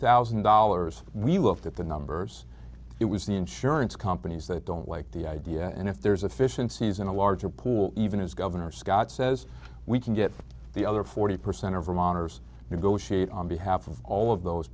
thousand dollars we looked at the numbers it was the insurance companies that don't like the idea and if there's a fish in season a larger pool even as governor scott says we can get the other forty percent of the monitor's negotiate on behalf of all of those